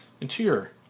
Interior